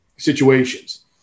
situations